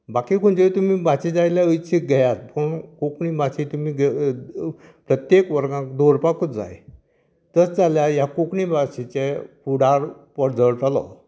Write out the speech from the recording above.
बाकी खंयचेय तुमी भाशेक जाय जाल्यार निश्चीत घेयात पूण कोंकणी भाशेक तुमी प्रत्येक वर्गांत दवरपाकूच जाय तेंच जाल्यार ह्या कोंकणीचे भाशेचें फुडार परजळटलो